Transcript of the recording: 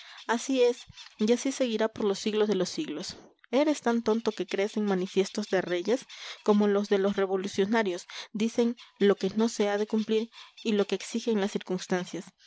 así es y así seguirá por los siglos de los siglos eres tan tonto que crees en manifiestos de reyes como los de los revolucionarios dicen lo que no se ha de cumplir y lo que exigen las circunstancias